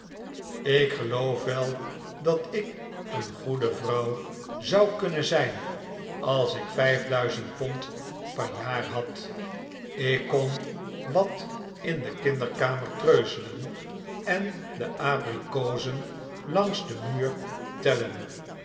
ik geloof wel dat ik een goede vrouw zou kunnen zijn als ik vijf duizend pond per jaar had ik kon wat in de kinderkamer treuzelen en de abrikozen langs den muur tellen